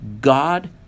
God